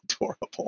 adorable